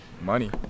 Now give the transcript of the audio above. Money